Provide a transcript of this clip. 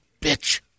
bitch